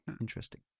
Interesting